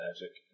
Magic